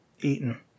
eaten